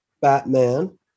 Batman